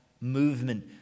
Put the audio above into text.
movement